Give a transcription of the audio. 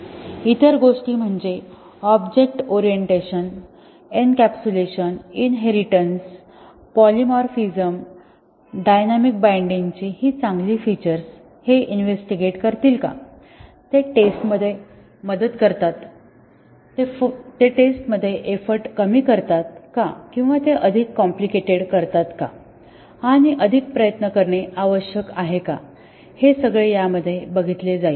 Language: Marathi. इतर गोष्टी म्हणजे object orientation encapsulation inheritance polymorphism dynamic बाइंडिंगची ही चांगली फीचर्स हे इन्व्हेस्टीगेट करतील का ते टेस्ट मध्ये मदत करतात का ते टेस्ट मध्ये एफर्ट कमी करतात का किंवा ते अधिक कॉम्प्लिकेटेड करतात का आणि अधिक प्रयत्न करणे आवश्यक आहे का हे सगळे यामध्ये बघितले जाईल